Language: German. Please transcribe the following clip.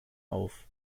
auf